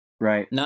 Right